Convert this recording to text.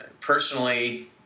personally